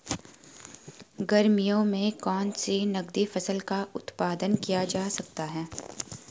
गर्मियों में कौन सी नगदी फसल का उत्पादन किया जा सकता है?